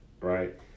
right